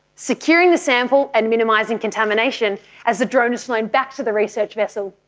securing the sample and minimising contamination as the drone is flown back to the research vessel.